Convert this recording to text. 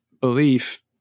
belief